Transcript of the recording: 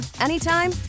anytime